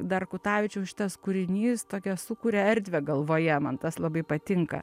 dar kutavičiaus šitas kūrinys tokią sukuria erdvę galvoje man tas labai patinka